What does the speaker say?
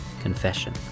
Confession